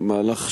הנמקה מהמקום.